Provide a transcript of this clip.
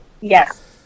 Yes